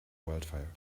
wildfire